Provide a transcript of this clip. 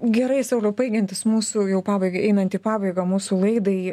gerai sauliau baigiantis mūsų jau pabaigai einant į pabaigą mūsų laidai